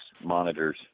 monitors